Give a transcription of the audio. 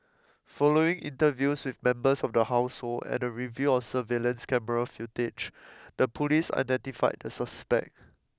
following interviews with members of the household and a review of surveillance camera footage the police identified the suspect